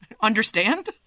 understand